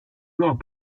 noch